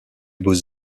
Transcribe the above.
beaux